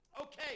okay